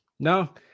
No